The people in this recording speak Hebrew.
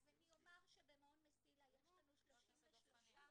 אז אני אומר שבמעון 'מסילה' יש לנו 33 --- חבר הכנסת דב חנין,